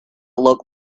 looked